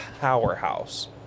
powerhouse